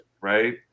Right